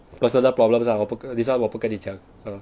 personal problem lah 我不跟你 this one 我不跟你讲